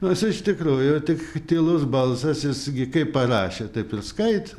nors iš tikrųjų tik tylus balsas jis gi kaip parašė taip ir skaitė